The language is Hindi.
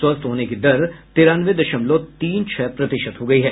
स्वस्थ होने की दर तिरानवे दशमलव तीन छह प्रतिशत हो गई है